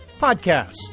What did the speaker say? Podcast